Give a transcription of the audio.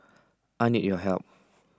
I need your help